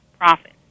profit